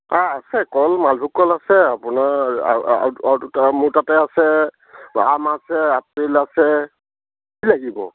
অঁ আছে কল মালভোগ কল আছে আপোনাৰ আৰু আৰু আৰু আৰু দুটা মোৰ তাতে আছে আম আছে আপেল আছে কি লাগিব